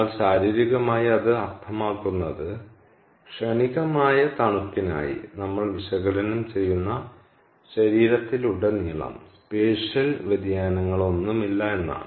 എന്നാൽ ശാരീരികമായി അത് അർത്ഥമാക്കുന്നത് ക്ഷണികമായ തണുപ്പിനായി നമ്മൾ വിശകലനം ചെയ്യുന്ന ശരീരത്തിലുടനീളം സ്പേഷ്യൽ വ്യതിയാനങ്ങളൊന്നുമില്ല എന്നതാണ്